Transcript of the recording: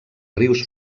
rius